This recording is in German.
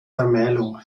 vermählung